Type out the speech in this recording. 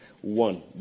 one